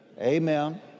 Amen